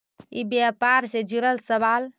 ई व्यापार से जुड़ल सवाल?